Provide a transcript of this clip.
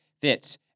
fits